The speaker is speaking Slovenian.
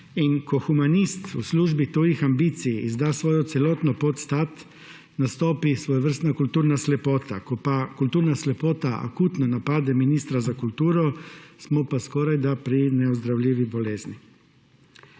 Ko humanist v službi tujih ambicij izda svojo celotno podstat, nastopi svojevrstna kulturna slepota. Ko kulturna slepota akutno napade ministra za kulturo, smo pa skorajda pri neozdravljivi bolezni.